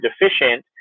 deficient